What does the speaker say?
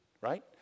Right